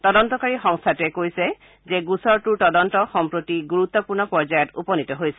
তদন্তকাৰী সংস্থাটোৱে কৈছে যে গোচৰটোৰ তদন্ত সম্প্ৰতি গুৰুত্বপূৰ্ণ পৰ্যায়ত উপনীত হৈছে